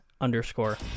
underscore